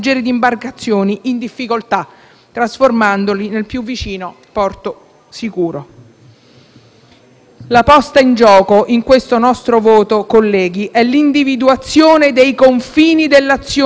La posta in gioco in questo nostro voto, colleghi, è l'individuazione dei confini dell'azione di Governo, del punto fino a dove la politica può spingersi per perseguire i propri fini.